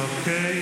אוקייי.